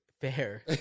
Fair